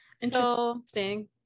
interesting